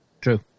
True